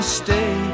stay